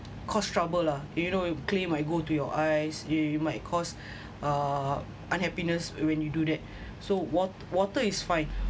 cause trouble lah you know you clay might go to your eyes you you might cause uh unhappiness when you do that so wat~ water is fine